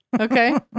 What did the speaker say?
Okay